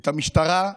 את המשטרה,